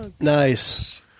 Nice